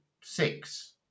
six